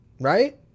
Right